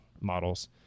models